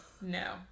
No